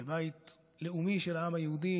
כבית לאומי של העם היהודי,